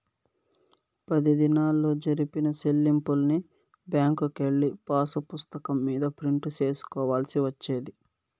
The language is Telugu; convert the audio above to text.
పది దినాల్లో జరిపిన సెల్లింపుల్ని బ్యాంకుకెళ్ళి పాసుపుస్తకం మీద ప్రింట్ సేసుకోవాల్సి వచ్చేది